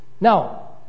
Now